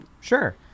sure